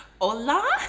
Hola